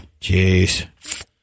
Jeez